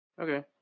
Okay